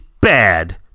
bad